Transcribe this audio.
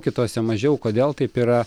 kitose mažiau kodėl taip yra